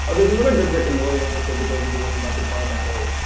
ah there's another good rick and morty episode that goes into this about the car battery